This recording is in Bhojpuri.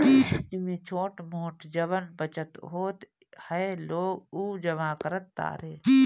एमे छोट मोट जवन बचत होत ह लोग उ जमा करत तारे